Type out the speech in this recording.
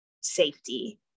safety